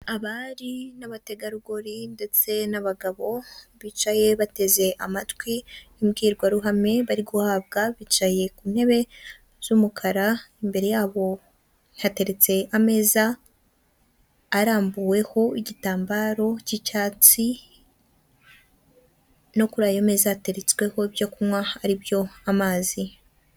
Abari n'abategarugori ndetse n'abagabo bicaye bateze amatwi imbwirwaruhame bari guhabwa bicaye ku ntebe z'umukara imbere yabo hateretse ameza arambuweho igitambaro cy'icyatsi no kuri ayo meza yatetsweho ibyo kunywa ari byo amazi.